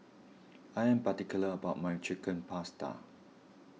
I am particular about my Chicken Pasta